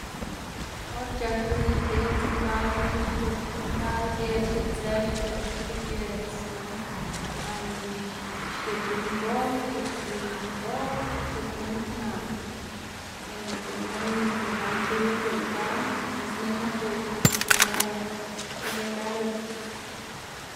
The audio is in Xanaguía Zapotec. Or c̲h̲ak lni giedz ndal minn xgit, ndal giedz xyiꞌdzë xgit xigiedznu x- xgit minngol, xgit minndoꞌ, xgit minn kwnaꞌ, c̲h̲uꞌnn minn este gan chu c̲h̲uꞌnn gan pues minn knu c̲h̲ey be lë ti regalo.